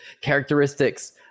characteristics